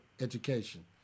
education